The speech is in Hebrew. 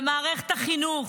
במערכת החינוך,